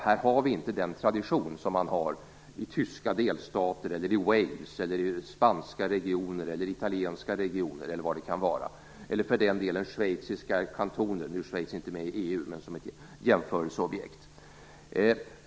Här har vi inte den tradition som man har i tyska delstater, i Wales, i spanska regioner, i italienska regioner eller i schweiziska kantoner. Schweiz är visserligen inte med i EU men kan ändå ses som ett jämförelseobjekt.